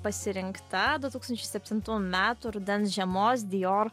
pasirinkta du tūkstančiai septintų metų rudens žiemos dijor